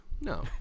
No